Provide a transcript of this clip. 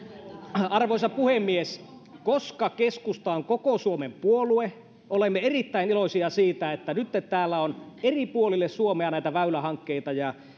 arvoisa puhemies koska keskusta on koko suomen puolue olemme erittäin iloisia siitä että nytten täällä on eri puolille suomea näitä väylähankkeita ja